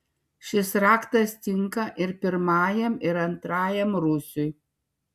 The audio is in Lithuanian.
šis raktas tinka ir pirmajam ir antrajam rūsiui